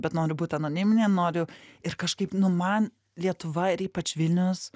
bet noriu būti anoniminė noriu ir kažkaip nu man lietuva ir ypač vilnius